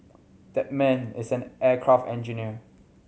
that man is an aircraft engineer